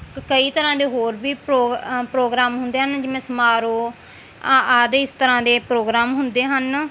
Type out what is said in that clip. ਕਈ ਤਰ੍ਹਾਂ ਦੇ ਹੋਰ ਵੀ ਪ੍ਰੋਗ ਪ੍ਰੋਗਰਾਮ ਹੁੰਦੇ ਹਨ ਜਿਵੇਂ ਸਮਾਰੋਹ ਅ ਆਦਿ ਇਸ ਤਰ੍ਹਾਂ ਦੇ ਪ੍ਰੋਗਰਾਮ ਹੁੰਦੇ ਹਨ